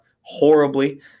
horribly